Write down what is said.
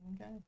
Okay